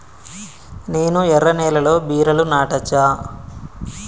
నేను ఎర్ర నేలలో బీరలు నాటచ్చా?